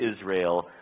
Israel